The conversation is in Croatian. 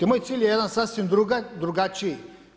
Moj cilj je jedan sasvim drugačiji.